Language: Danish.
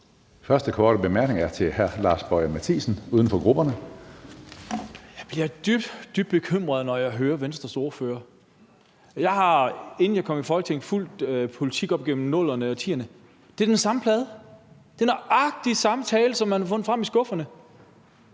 Første korte bemærkning er til hr. Lars Boje Mathiesen, uden for grupperne. Kl. 10:20 Lars Boje Mathiesen (UFG): Jeg bliver dybt, dybt bekymret, når jeg hører Venstres ordfører. Jeg har, inden jeg kom i Folketinget, fulgt politik op gennem 00'erne og 10'erne, og det er den samme plade. Det er nøjagtig samme tale, man har fundet frem af skufferne.